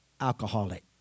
Alcoholic